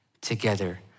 together